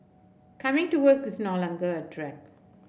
coming to work is no longer a drag